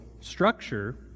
structure